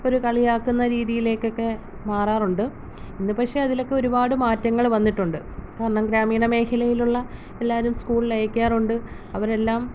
അതൊരു കളിയാക്കുന്ന രീതിയിലേക്കൊക്കെ മാറാറുണ്ട് ഇന്നിപ്പം പക്ഷേ അതിലൊക്കെ ഒരുപാട് മാറ്റങ്ങൾ വന്നിട്ടുണ്ട് കാരണം ഗ്രാമീണ മേഖലയിലുള്ള എല്ലാവരും സ്കൂളിലയക്കാറുണ്ട് അവരെല്ലാം